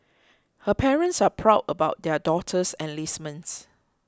her parents are proud about their daughter's enlistment